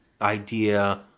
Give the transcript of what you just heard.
idea